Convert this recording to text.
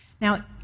Now